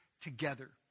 together